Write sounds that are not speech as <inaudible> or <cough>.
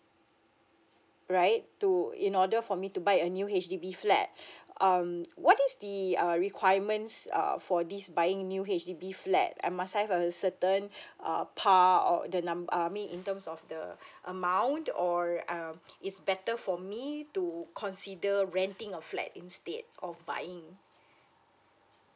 right to in order for me to buy a new H_D_B flat <breath> um <noise> what is the uh requirements err for this buying new H_D_B flat I must have a certain err par or the numb~ err I mean in terms of the amount or um it's better for me to consider renting a flat instead of buying